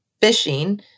fishing